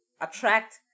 attract